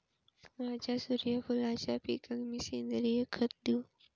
माझ्या सूर्यफुलाच्या पिकाक मी सेंद्रिय खत देवू?